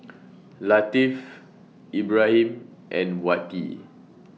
Latif Ibrahim and Wati